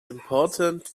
important